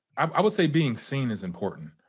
um i would say being seen is important.